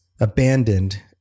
abandoned